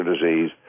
disease